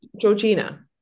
Georgina